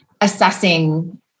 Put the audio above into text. assessing